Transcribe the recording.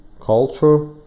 culture